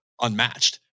unmatched